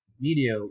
Media